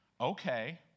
okay